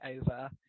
over